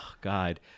god